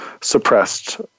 suppressed